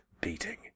beating